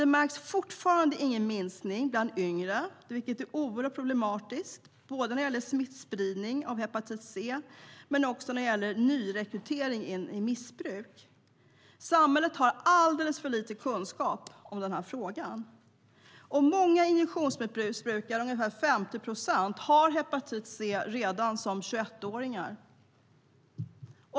Det märks fortfarande ingen minskning bland yngre, vilket är oerhört problematiskt, när det gäller smittspridning av hepatit C men inte heller när det gäller nyrekrytering in i missbruk. Samhället har alldeles för lite kunskap om frågan. Och många injektionsmissbrukare, ungefär 50 procent, har hepatit C redan som 21-åringar.